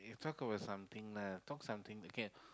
you talk about something lah talk something okay